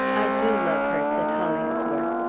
i do love her! said hollingsworth,